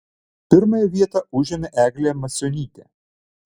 pirmąją vietą užėmė eglė macionytė